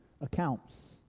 accounts